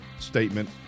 statement